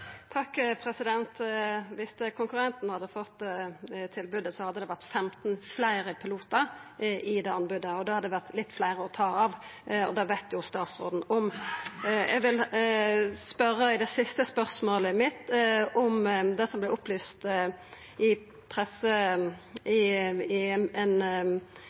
så det hadde vore litt fleire å ta av, og det veit statsråden om. Eg vil i det siste spørsmålet mitt spørja om det som vart opplyst om i føretaksmøtet 3. januar. Da gav helseministeren helseregionen i